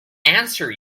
answer